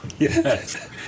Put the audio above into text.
Yes